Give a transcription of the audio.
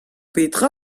petra